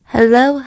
Hello